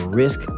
risk